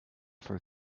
for